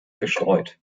gestreut